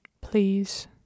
Please